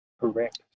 Correct